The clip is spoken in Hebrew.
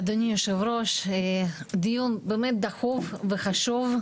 אדוני היושב-ראש, דיון באמת חשוב וחשוב,